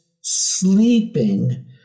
sleeping